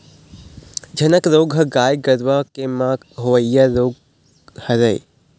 झनक रोग ह गाय गरुवा के म होवइया रोग हरय